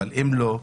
אבל אם לא,